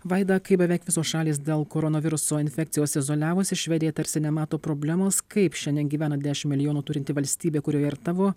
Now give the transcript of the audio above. vaida kai beveik visos šalys dėl koronaviruso infekcijos izoliavosi švedija tarsi nemato problemos kaip šiandien gyvena dešim milijonų turinti valstybė kurioje ir tavo